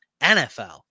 NFL